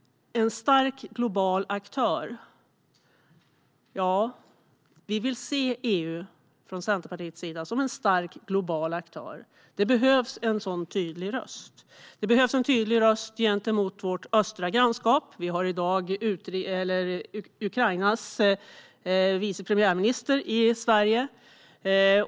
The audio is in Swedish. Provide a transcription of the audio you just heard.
Slutligen vill vi från Centerpartiet se EU som en stark global aktör. Det behövs en sådan tydlig röst. Det behövs en tydlig röst gentemot vårt östra grannskap. Ukrainas vice premiärminister besöker i dag Sverige.